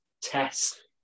test